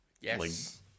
Yes